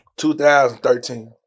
2013